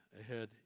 ahead